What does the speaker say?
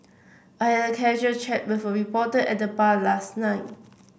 I had a casual chat with a reporter at the bar last night